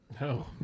No